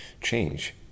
change